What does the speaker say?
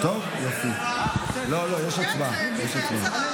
זה תחום של כלכלה.